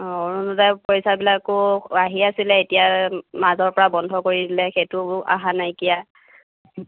অৰুণোদয় পইচাবিলাকো আহি আছিলে এতিয়া মাজৰ পৰা বন্ধ কৰি দিলে সেইটোও অহা নাইকিয়া